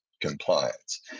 compliance